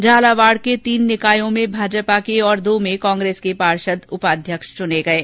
झालावाड के तीन निकायों में भाजपा के और दो में कांग्रेस पार्षद उपाध्यक्ष चुने गये